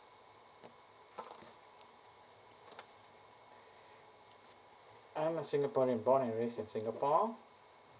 I am a singaporean born and raise in singapore